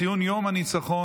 ציון יום ניצחון